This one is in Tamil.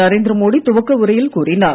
நரேந்திர மோடி துவக்க உரையில் கூறினார்